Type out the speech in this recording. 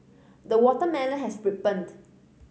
the watermelon has ripened